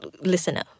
listener